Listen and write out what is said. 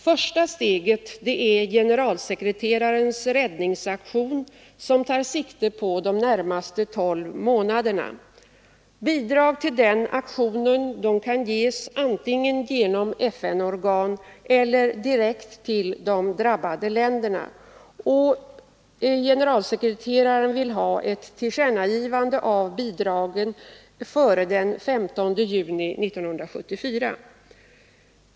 Första steget är generalsekreterarens räddningsaktion som tar sikte på de närmaste tolv månaderna. Bidrag till den aktionen kan ges antingen genom FN-organ eller direkt till de drabbade länderna, och generalsekreteraren vill ha ett tillkännagivande av bidragen före den 15 juni 1974.